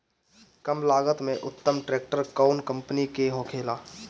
कम लागत में उत्तम ट्रैक्टर कउन कम्पनी के होखेला?